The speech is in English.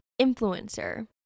influencer